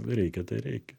reikia tai reikia